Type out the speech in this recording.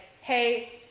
hey